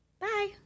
Bye